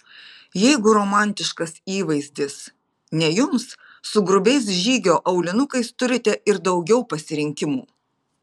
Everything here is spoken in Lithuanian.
jeigu romantiškas įvaizdis ne jums su grubiais žygio aulinukais turite ir daugiau pasirinkimų